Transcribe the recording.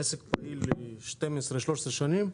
העסק פעיל 12-13 שנים.